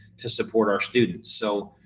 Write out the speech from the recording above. to support our students. so,